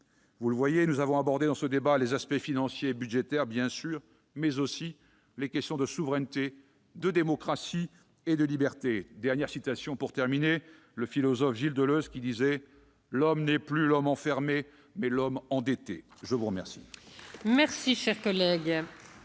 Vous le voyez, nous avons abordé dans ce débat les aspects financiers et budgétaires, bien sûr, mais aussi les questions de souveraineté, de démocratie et de liberté. Le philosophe Gilles Deleuze disait que « l'homme n'est plus l'homme enfermé mais l'homme endetté ». La parole